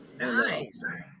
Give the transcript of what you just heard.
Nice